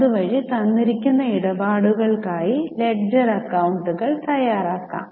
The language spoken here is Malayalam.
അതുവഴി തന്നിരിക്കുന്ന ഇടപാടുകൾക്കായി ലെഡ്ജർ അക്കൌണ്ടുകൾ തയ്യാറാക്കാം